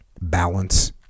balance